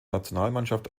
nationalmannschaft